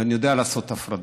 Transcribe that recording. ואני יודע לעשות הפרדות.